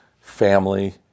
family